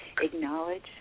acknowledge